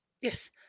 Yes